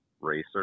racer